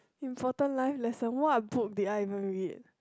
important life lesson what are book that I've ever read